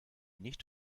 nicht